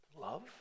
love